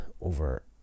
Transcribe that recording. over